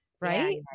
right